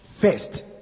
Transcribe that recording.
first